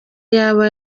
yaba